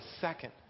second